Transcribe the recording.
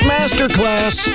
Masterclass